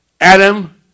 Adam